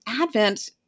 Advent